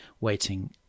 waiting